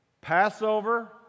passover